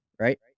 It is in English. right